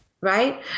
Right